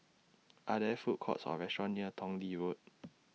Are There Food Courts Or restaurants near Tong Lee Road